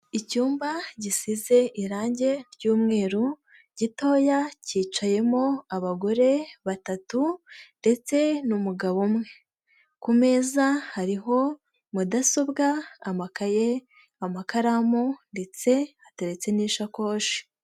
Icyumba gisize irangi ry'mweru gitoya cyicayemo abagore batatu ndetse n'umugabo umwe, ku meza hariho: mudasobwa, amakaye, amakaramu ndetse hateretse n'ishakoshi.